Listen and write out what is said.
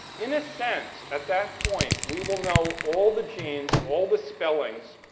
in a sense, at that point, we will know all the genes, all the spellings,